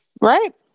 Right